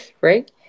right